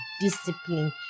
discipline